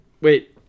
wait